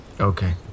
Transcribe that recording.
Okay